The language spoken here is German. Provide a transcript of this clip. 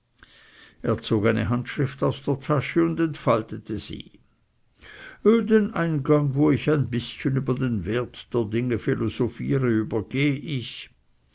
eine handschrift aus der tasche und entfaltete sie den eingang wo ich ein bißchen über den wert der dinge philosophiere übergeh ich